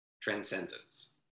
Transcendence